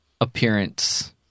appearance